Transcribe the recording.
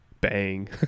bang